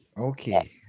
okay